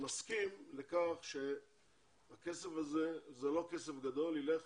מסכים לכך שהכסף הזה, שזה לא כסף גדול, יילך